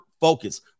focus